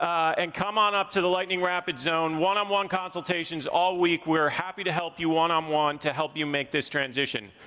and come on up to the lightning rapid zone. one on one consultations all week. we're happy to help you one on um one, to help you make this transition.